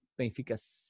Benfica